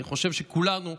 אני חושב שכולנו,